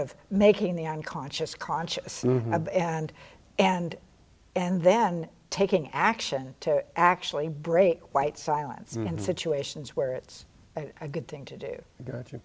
of making the unconscious conscious and and and then taking action to actually break white silence in situations where it's a good thing to do